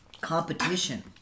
Competition